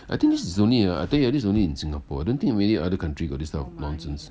I think this is only uh this is only in singapore !wah! don't think many other country got this kind of nonsense